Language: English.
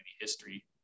history